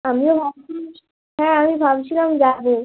আমিও ভাবছি হ্যাঁ আমি ভাবছিলাম যাবো